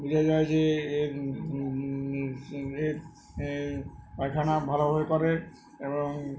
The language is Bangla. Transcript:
বোঝা যায় যে এর এর পায়খানা ভালোভাবে করে এবং